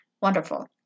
Wonderful